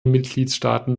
mitgliedstaaten